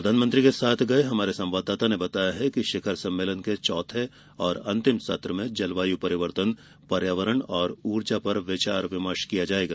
प्रधानमंत्री के साथ गए हमारे संवाददाता ने बताया है कि शिखर सम्मेलन के चौथे और अंतिम सत्र में जलवायु परिवर्तन पर्यावरण और ऊर्जा पर विचार विमर्श किया जाएगा